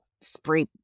spray